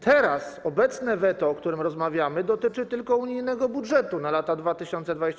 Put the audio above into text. Teraz obecne weto, o którym rozmawiamy, dotyczy tylko unijnego budżetu na lata 2021–2027.